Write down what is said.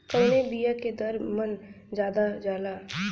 कवने बिया के दर मन ज्यादा जाला?